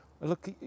look